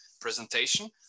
presentation